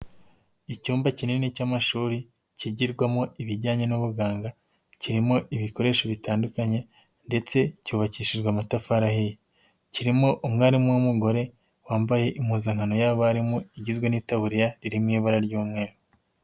Icyumba kinini cy'amashuri kigirwamo ibijyanye n'ubuganga, kirimo ibikoresho bitandukanye ndetse cyubakishijwe amatafari ahiye. Kirimo umwarimu w'umugore wambaye impuzankano y'abarimu igizwe n'itaburiya iri mu ibara ry'umweru.